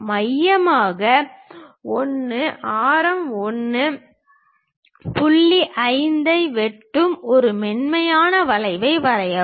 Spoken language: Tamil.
மையமாக 1 ஆரம் 1 புள்ளி 5 ஐ வெட்டும் ஒரு மென்மையான வளைவை வரையவும்